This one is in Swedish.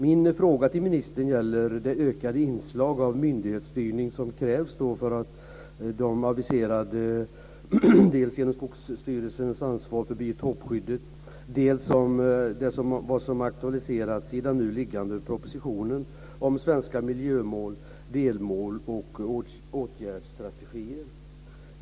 Min fråga till ministern gäller det ökade inslag av myndighetsstyrning som krävs för att genomföra de aviserade åtgärderna, dels genom Skogsstyrelsens ansvar för biotopskyddet, dels genom det som aktualiseras i den nu liggande propositionen om svenska miljömål, delmål och åtgärdsstrategier.